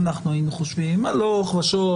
אנחנו היינו חושבים הלוך-ושוב,